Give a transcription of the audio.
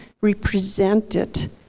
represented